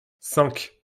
cinq